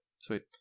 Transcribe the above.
Sweet